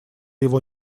его